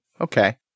Okay